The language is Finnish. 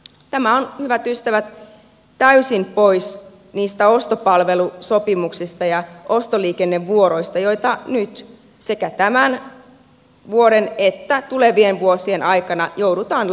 tämä on hyvät ystävät täysin pois niistä ostopalvelusopimuksista ja ostoliikennevuoroista joita nyt sekä tämän vuoden että tulevien vuosien aikana joudutaan lakkauttamaan